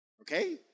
Okay